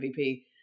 MVP